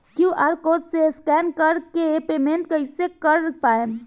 QR code से scan कर के पेमेंट कइसे कर पाएम?